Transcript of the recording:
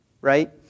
right